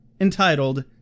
entitled